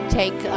take